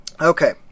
okay